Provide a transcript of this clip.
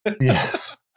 Yes